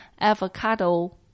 avocado